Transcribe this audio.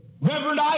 Reverend